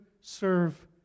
serve